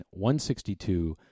162